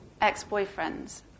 Ex-boyfriends